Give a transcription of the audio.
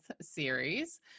series